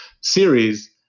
series